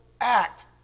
act